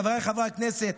חבריי חברי הכנסת,